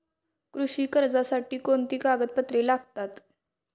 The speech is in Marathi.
कृषी कर्जासाठी कोणती कागदपत्रे लागतात?